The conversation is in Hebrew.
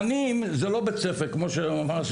גנים זה לא בית ספר כמו שהוא אמר,